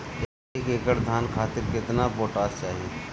एक एकड़ धान खातिर केतना पोटाश चाही?